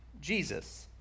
Jesus